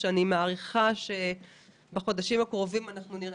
אני מעריכה שבחודשים הקרובים אנחנו נראה